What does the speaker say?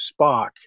Spock